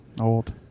old